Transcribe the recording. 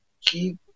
keep